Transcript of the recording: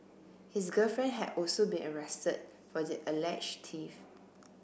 his girlfriend had also been arrested for the alleged thief